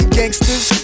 gangsters